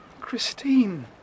Christine